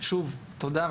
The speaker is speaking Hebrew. תודה רבה,